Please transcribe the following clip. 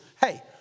hey